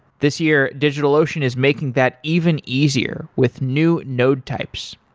this year, digitalocean is making that even easier with new node types.